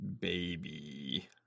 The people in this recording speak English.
baby